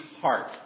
heart